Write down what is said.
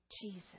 Jesus